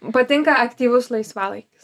patinka aktyvus laisvalaikis